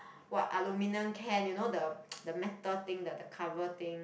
what aluminium can you know the the metal thing the the cover thing